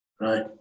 right